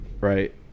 right